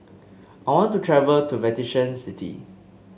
I want to travel to Vatican City